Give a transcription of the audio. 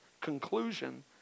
conclusion